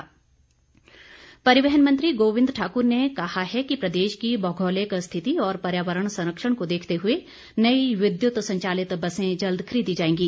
गोविंद ठाकुर परिवहन मंत्री गोविंद ठाकुर ने कहा है कि प्रदेश की भौगोलिक स्थिति और पर्यावरण संरक्षण को देखते हुए नई विद्युत संचालित बसे जल्द खरीदी जाएंगी